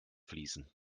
fließen